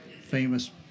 famous